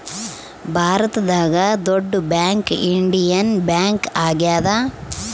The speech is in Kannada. ಭಾರತದಾಗ ದೊಡ್ಡ ಬ್ಯಾಂಕ್ ಇಂಡಿಯನ್ ಬ್ಯಾಂಕ್ ಆಗ್ಯಾದ